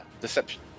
deception